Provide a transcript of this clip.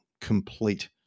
complete